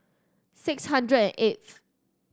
six hundred and eighth